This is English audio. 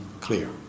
clear